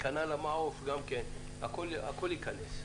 וכנ"ל המעוף הכול ייכנס.